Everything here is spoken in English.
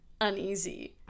uneasy